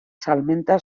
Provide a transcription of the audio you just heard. salmenta